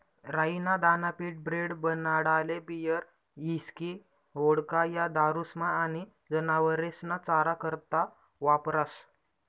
राई ना दाना पीठ, ब्रेड, बनाडाले बीयर, हिस्की, वोडका, या दारुस्मा आनी जनावरेस्ना चारा करता वापरास